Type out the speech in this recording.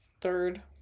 Third